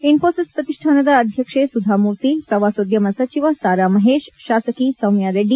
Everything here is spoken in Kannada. ಇನ್ಪೋಸಿಸ್ ಪ್ರತಿಷ್ಠಾನದ ಅಧ್ಯಕ್ಷೆ ಸುಧಾಮೂರ್ತಿ ಪ್ರವಾಸೋದ್ಯಮ ಸಚಿವ ಸಾರಾ ಮಹೇಶ್ ಶಾಸಕಿ ಸೌಮ್ಯ ರೆಡ್ಡಿ